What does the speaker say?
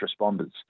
responders